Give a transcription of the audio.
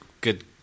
good